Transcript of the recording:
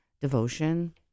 Devotion